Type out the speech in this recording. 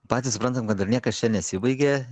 patys suprantam kad dar niekas čia nesibaigė